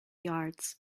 yards